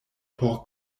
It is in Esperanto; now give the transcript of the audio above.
por